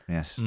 Yes